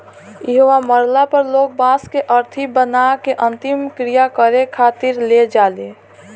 इहवा मरला पर लोग बांस के अरथी बना के अंतिम क्रिया करें खातिर ले जाले